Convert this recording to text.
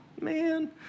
man